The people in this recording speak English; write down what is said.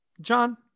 John